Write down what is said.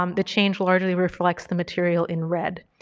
um the change largely reflects the material in red.